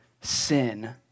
sin